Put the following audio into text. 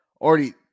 already